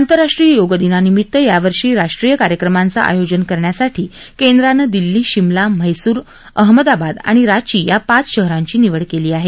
आंतरराष्ट्रीय योग दिनानिमित्त यावर्षी राष्ट्रीय कार्यक्रमांचं आयोजन करण्यासाठी केंद्रानं दिल्ली शिमला म्हेसूर अहमदाबाद आणि रांची या पाच शहरांची निवड केली आहे